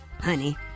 honey